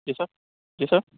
سر ji سر